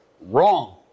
Wrong